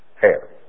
hair